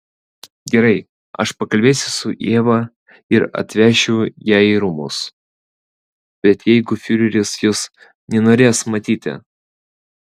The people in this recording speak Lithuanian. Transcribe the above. gerai aš pakalbėsiu su ieva ir atvešiu ją į rūmus bet jeigu fiureris jos nenorės matyti